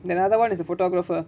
then another one is a photographer